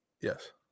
Yes